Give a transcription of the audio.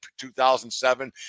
2007